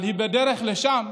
היא בדרך לשם,